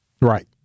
Right